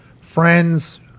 friends